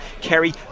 Kerry